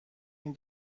این